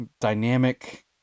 dynamic